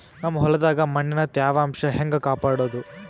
ನಮ್ ಹೊಲದಾಗ ಮಣ್ಣಿನ ತ್ಯಾವಾಂಶ ಹೆಂಗ ಕಾಪಾಡೋದು?